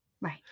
Right